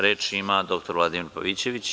Reč ima dr Vladimir Pavićević.